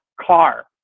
car